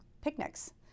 picnics